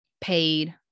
paid